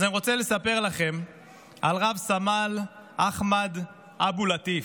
אז אני רוצה לספר לכם על רב-סמל אחמד אבו לטיף,